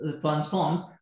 transforms